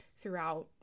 throughout